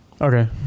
okay